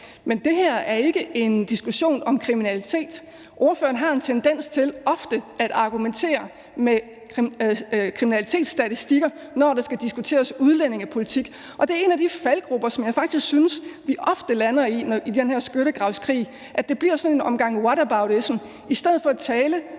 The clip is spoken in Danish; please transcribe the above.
Men det her er ikke en diskussion om kriminalitet. Ordføreren har en tendens til ofte at argumentere med kriminalitetsstatistikker, når der skal diskuteres udlændingepolitik, og det er en af de faldgruber, som jeg faktisk synes vi ofte lander i i den her skyttegravskrig, altså at det bliver